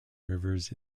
rivers